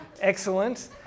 excellent